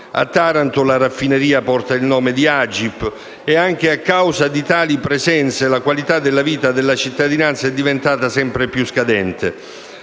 A Taranto la raffineria porta il nome di AGIP e anche a causa di tali presenze la qualità della vita della cittadinanza è diventata sempre più scadente,